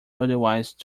otherwise